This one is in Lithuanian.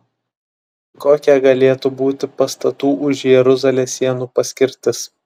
kokia galėtų būti pastatų už jeruzalės sienų paskirtis